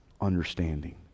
understanding